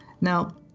Now